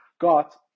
got